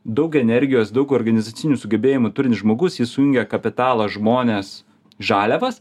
daug energijos daug organizacinių sugebėjimų turintis žmogus jis sujungia kapitalą žmones žaliavas